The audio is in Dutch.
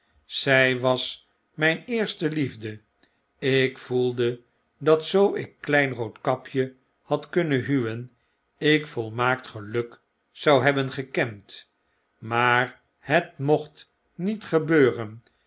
zij was myn eerste liefde ik gevoelde dat zoo ik klein roodkapje had kunnen huwen ik volmaakt geluk zou hebben gekend maar het mocht niet